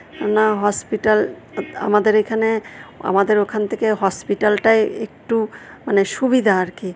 না হসপিটাল আমাদের এখানে আমাদের ওখান থেকে হসপিটালটাই একটু মানে সুবিধা আর কি